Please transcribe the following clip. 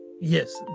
Yes